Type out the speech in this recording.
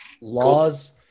Laws